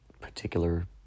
Particular